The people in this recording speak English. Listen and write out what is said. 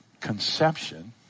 conception